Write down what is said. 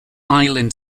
island